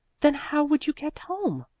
then how would you get home?